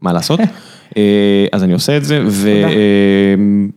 מה לעשות אה, אז אני עושה את זה ו...